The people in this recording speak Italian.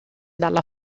dalla